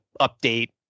update